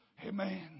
Amen